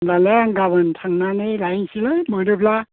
होनब्लालाय आं गाबोन थांनानै लायनोसैलै मोनोब्ला